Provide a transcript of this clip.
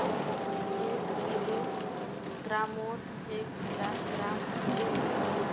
एक किलोग्रमोत एक हजार ग्राम होचे